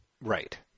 right